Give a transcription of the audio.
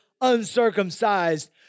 uncircumcised